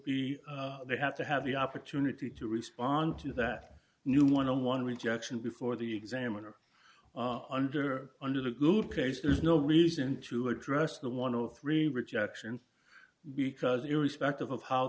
be they have to have the opportunity to respond to that new one on one rejection before the examiner under under the good case there's no reason to address the one hundred and three rejection because irrespective of how